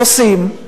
עושים.